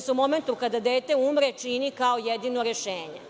se u momentu kada dete umre čini kao jedino rešenje.